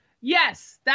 yes